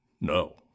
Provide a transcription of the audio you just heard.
no